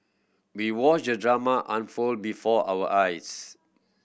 we watched drama unfold before our eyes